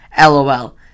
LOL